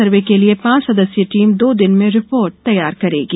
सर्वे के लिये पांच सदस्यीय टीम दो दिन में रिपोर्ट तैयार करेगी